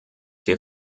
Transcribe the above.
hier